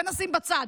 את זה נשים בצד,